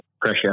pressure